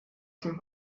san